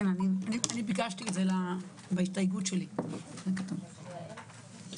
אני רק מזכירה לכולם,